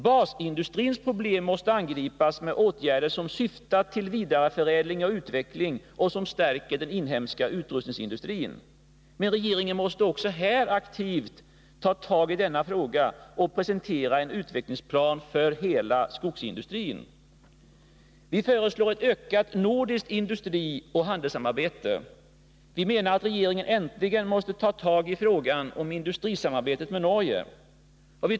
Basindustrins problem måste angripas med åtgärder som syftar till vidareförädling och utveckling och som stärker den inhemska utrustningsindustrin. Men regeringen måste också här aktivt ta tag i denna fråga och presentera en utvecklingsplan för hela skogsindustrin. Vi föreslår ett ökat nordiskt industrioch handelssamarbete. Regeringen måste äntligen börja arbeta med frågan om industrisamarbetet med Norge.